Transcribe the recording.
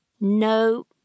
No